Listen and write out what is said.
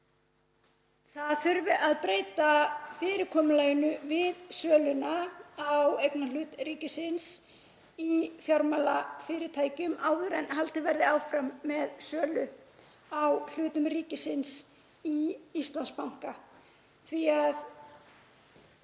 það þurfi að breyta fyrirkomulaginu við söluna á eignarhlut ríkisins í fjármálafyrirtækjum áður en haldið verði áfram með sölu á hlutum ríkisins í Íslandsbanka því að